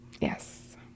Yes